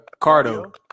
Cardo